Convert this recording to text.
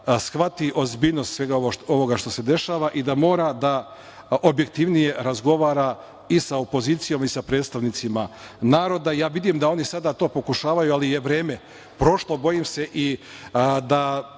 shvati ozbiljnost svega ovoga što se dešava i da mora da objektivnije razgovara i sa opozicijom i sa predstavnicima naroda. Vidim da oni sada to pokušavaju, ali je vreme prošlo. Bojim se i da